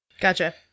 Gotcha